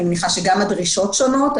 אני מניחה שגם הדרישות שונות,